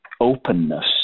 openness